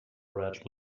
red